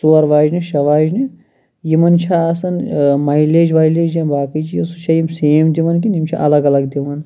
ژور واجنہِ شیٚے واجنہِ یِمَن چھِ آسان مایلیج وایلیج یا باقٕے چیٖز سُہ چھا یِم سیم دِوان کِنہ یِم چھِ اَلَگ اَلَگ دِوان